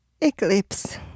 Eclipse